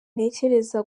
ntekereza